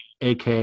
AK